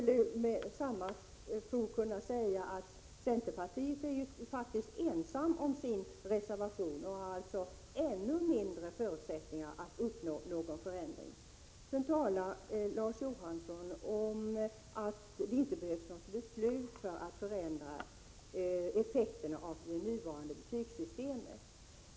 Man skulle då kunna säga att centerpartiet faktiskt är ensamt om sin reservation och alltså har ännu mindre förutsättningar att uppnå någon förändring. Sedan talar Larz Johansson om att det inte behövs något beslut för att förändra effekterna av det nuvarande betygssystemet.